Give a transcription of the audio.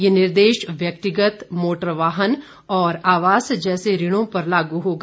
यह निर्देश व्यक्तिगत मोटरवाहन और आवास जैसे ऋणों पर लागू होगा